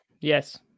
Yes